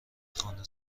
خانه